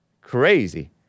crazy